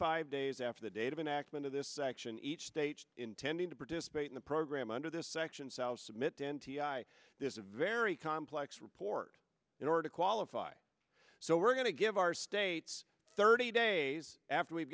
five days after the date of an accident of this action each state intending to participate in the program under this section south submit n t i there's a very complex report in order to qualify so we're going to give our states thirty days after we've